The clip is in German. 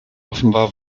offenbar